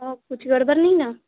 हाँ कुछ गड़बड़ नहीं ना